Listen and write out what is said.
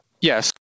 Yes